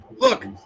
Look